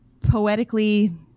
poetically